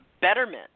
betterment